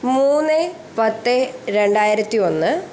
മൂന്ന് പത്ത് രണ്ടായിരത്തി ഒന്ന്